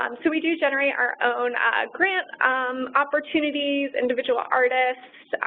um so we do generate our own grant opportunities, individual artists,